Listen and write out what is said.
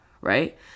Right